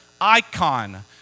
icon